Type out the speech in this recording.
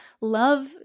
love